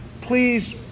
please